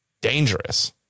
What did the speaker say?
dangerous